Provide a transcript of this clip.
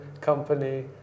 company